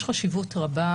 יש חשיבות רבה,